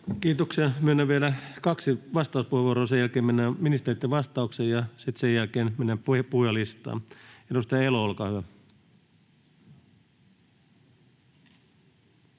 Kiitoksia. — Myönnän vielä kaksi vastauspuheenvuoroa, ja sen jälkeen mennään ministereitten vastauksiin ja sitten sen jälkeen mennään puhujalistaan. — Edustaja Elo, olkaa hyvä.